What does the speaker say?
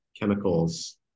chemicals